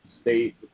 state